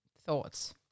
Thoughts